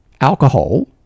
Alcohol